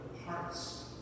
hearts